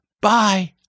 Bye